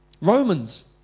Romans